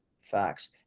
Facts